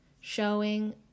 showing